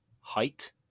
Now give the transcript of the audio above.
height